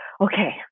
okay